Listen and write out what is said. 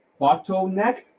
Bottleneck